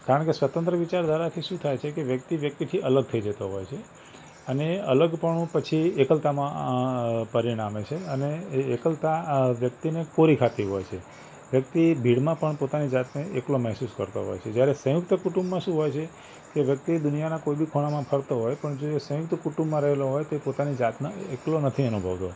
કારણ કે સ્વતંત્ર વિચારધારાથી શું થાય છે કે વ્યક્તિ વ્યક્તિથી અલગ થઇ જતો હોય છે અને અલગપણું પછી એકલતામાં પરિણમે છે અને એ એકલતા વ્યક્તિને કોરી ખાતી હોય છે વ્યક્તિ ભીડમાં પણ પોતાની જાતને એકલો મહેસુસ કરતો હોય છે જયારે સંયુક્ત કુટુંબમાં શું હોય છે કે વ્યક્તિ દુનિયાના કોઈ બી ખૂણામાં ફરતો હોય પણ જો એ સંયુક્ત કુટુંબમાં રહેલો હોય તો એ પોતાની જાતને એકલો નથી અનુભવતો